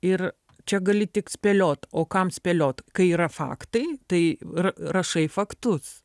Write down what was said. ir čia gali tik spėliot o kam spėliot kai yra faktai tai ra rašai faktus